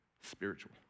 spiritual